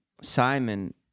Simon